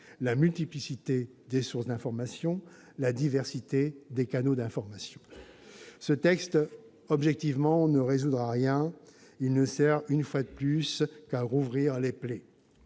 la multiplicité des sources et la diversité des canaux d'information ? Ce texte, objectivement, ne résoudra rien ; il ne sert, une fois de plus, qu'à rouvrir les plaies.